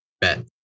bet